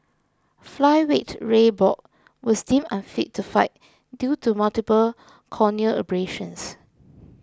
Flyweight Ray Borg was deemed unfit to fight due to multiple corneal abrasions